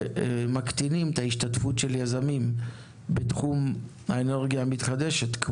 שמקטינים את ההשתתפות של יזמים בתחום האנרגיה המתחדשת,